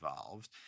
involved